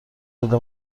بده